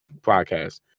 podcast